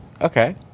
Okay